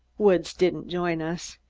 woods didn't join us.